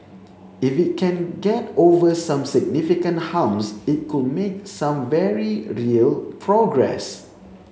if it can get over some significant humps it could make some very real progress